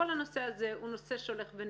כל הנושא הזה הוא נושא שהולך ונבנה.